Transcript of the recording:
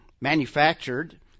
manufactured